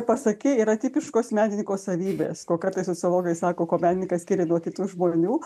pasakei yra tipiškos menininko savybės ko kartais sociologai sako kuo menininkas skiria nuo kitų žmonių